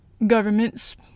Governments